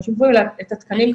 אלא את התקנים,